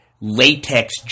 Latex